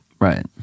Right